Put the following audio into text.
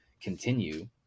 continue